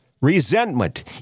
Resentment